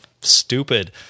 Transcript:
stupid